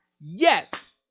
Yes